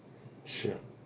sure